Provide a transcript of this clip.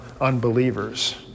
unbelievers